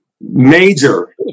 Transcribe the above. Major